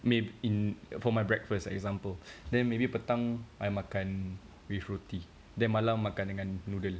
maybe in~ for my breakfast example then maybe petang makan with roti then malam makan dengan noodle